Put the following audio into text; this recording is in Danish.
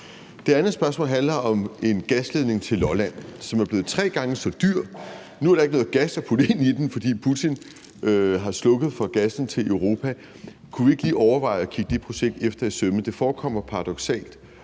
Det andet spørgsmål handler om en gasledning til Lolland, som er blevet tre gange så dyr. Nu er der ikke noget gas at putte ind i den, fordi Putin har slukket for gassen til Europa. Kunne vi ikke lige overveje at kigge det projekt efter i sømmene? Det forekommer paradoksalt